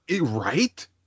Right